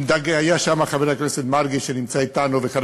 היו שם חבר הכנסת מרגי, שנמצא אתנו, וחבר